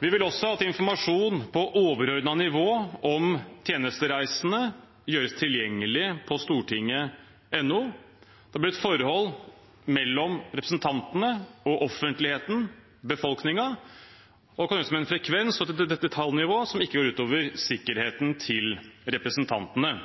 Vi vil også at informasjon på overordnet nivå om tjenestereisene gjøres tilgjengelig på stortinget.no. Det blir et forhold mellom representantene og offentligheten – befolkningen – og kan gjøres med en frekvens og et detaljnivå som ikke går ut over sikkerheten til representantene.